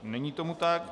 Není tomu tak.